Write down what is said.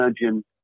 imagine